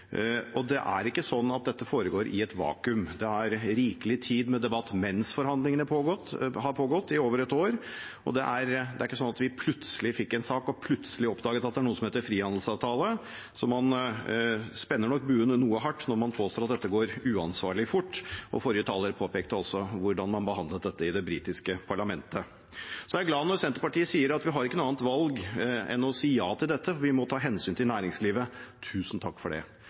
Det er ikke sånn at dette foregår i et vakuum. Det har vært rikelig tid til debatt mens forhandlingene har pågått i over et år, og det er ikke sånn at vi plutselig fikk en sak, og plutselig oppdaget at det er noe som heter frihandelsavtale. Man spenner nok buen noe hardt når man påstår at dette går uansvarlig fort. Forrige taler påpekte også hvordan man behandlet dette i det britiske parlamentet. Jeg er glad når Senterpartiet sier at vi ikke har noe annet valg enn å si ja til dette. Vi må ta hensyn til næringslivet – tusen takk for det.